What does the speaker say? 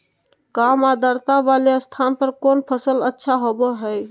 काम आद्रता वाले स्थान पर कौन फसल अच्छा होबो हाई?